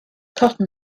cotton